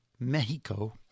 Mexico